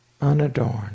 unadorned